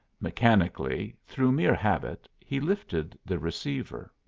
mechanically, through mere habit, he lifted the receiver.